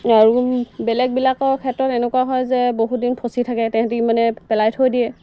আৰু বেলেগবিলাকৰ ক্ষেত্ৰত এনেকুৱা হয় যে বহুত দিন ফচি থাকে তাহাঁতি মানে পেলাই থৈ দিয়ে